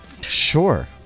Sure